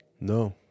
No